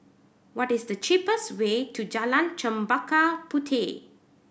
what is the cheapest way to Jalan Chempaka Puteh